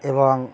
এবং